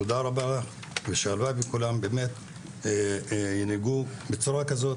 תודה והלוואי וכולם באמת ינהגו בצורה כזאת.